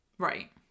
right